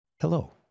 Hello